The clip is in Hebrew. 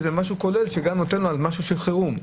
זה משהו כולל שגם נותן אפשרות לקנות מצרך שקשור בחירום.